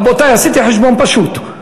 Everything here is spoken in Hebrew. רבותי, עשיתי חשבון פשוט: